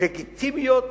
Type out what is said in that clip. לגיטימיות